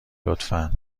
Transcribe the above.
لطفا